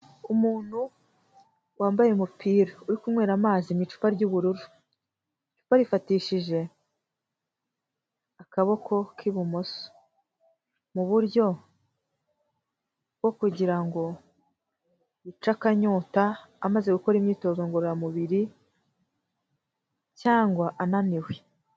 Umuntu wambaye umupira uri kunywera amazi mu icupa ry'ubururu, barifatishije akaboko k'ibumoso, mu buryo bwo kugira ngo yice akanyota amaze gukora imyitozo ngororamubiri cyangwa ananiwe.